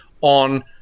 on